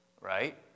right